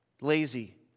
lazy